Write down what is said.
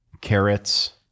carrots